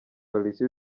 polisi